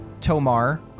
Tomar